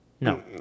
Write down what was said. No